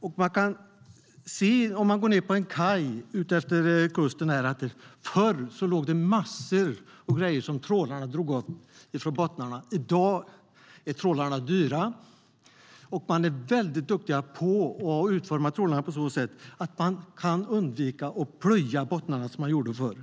Om man gick ned och tittade på en kaj utefter kusten kunde man förr se att där låg massor av grejer som trålarna drog upp från bottnarna. I dag är trålarna dyra, och man är duktiga på att utforma trålarna så att man kan undvika att plöja bottnarna på det sätt som man gjorde förr.